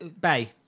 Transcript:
Bay